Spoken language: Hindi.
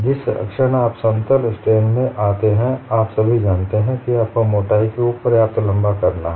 जिस क्षण आप समतल स्ट्रेन में आते हैं आप सभी जानते हैं कि आपको मोटाई को पर्याप्त लंबा करना है